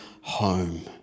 home